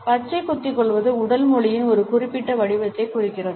பச்சை குத்திக்கொள்வது உடல் மொழியின் ஒரு குறிப்பிட்ட வடிவத்தைக் குறிக்கிறது